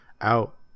out